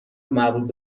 مربوط